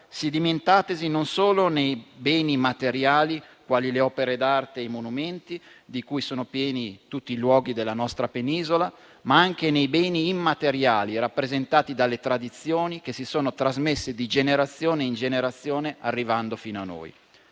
sedimentatesi non solo nei beni materiali, quali le opere d'arte e i monumenti di cui sono pieni tutti i luoghi della nostra penisola, ma anche nei beni immateriali e rappresentati dalle tradizioni che si sono trasmesse di generazione in generazione, arrivando fino a noi.